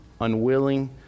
unwilling